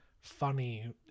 funny